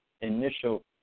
initial